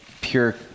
pure